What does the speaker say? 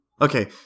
Okay